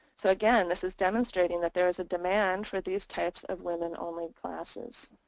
so again this is demonstrating that there is a demand for these types of women only classes.